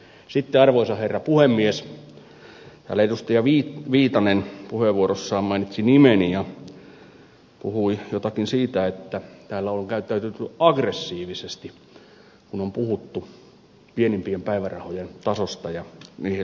sitten arvoisa herra puhemies täällä edustaja viitanen puheenvuorossaan mainitsi nimeni ja puhui jotakin siitä että täällä olen käyttäytynyt aggressiivisesti kun on puhuttu pienempien päivärahojen tasosta ja niihin liittyvistä muutoksista